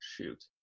Shoot